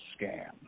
scam